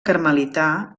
carmelità